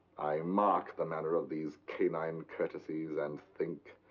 i mark the manner of these canine courtesies, and think.